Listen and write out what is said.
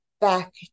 back